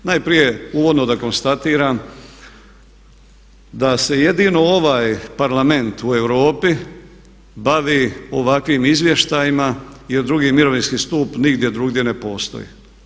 Najprije uvodno da konstatiram da se jedino ovaj Parlament u Europi bavi ovakvim izvještajima jer 2. mirovinski stup nigdje druge ne postoji.